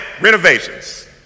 renovations